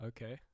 Okay